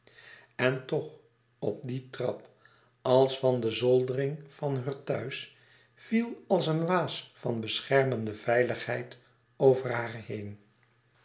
en toch op die trap als van de zoldering van heur thuis viel als een waas van beschermende veiligheid